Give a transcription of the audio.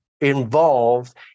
involved